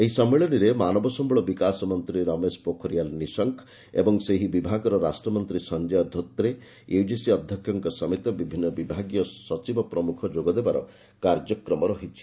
ଏହି ସମ୍ମିଳନୀରେ ମାନବ ସମ୍ବଳ ବିକାଶ ମନ୍ତ୍ରୀ ରମେଶ ପୋଖରିଆଲ ନିଶଙ୍କ ଏବଂ ସେହି ବିଭାଗର ରାଷ୍ଟ୍ରମନ୍ତ୍ରୀ ସଂଜୟ ଧୋତ୍ରେ ୟୁଜିସି ଅଧ୍ୟକ୍ଷଙ୍କ ସମେତ ବିଭିନ୍ନ ବିଭାଗୀୟ ସଚିବ ପ୍ରମୁଖ ଯୋଗଦେବାର କାର୍ଯ୍ୟକ୍ରମ ରହିଛି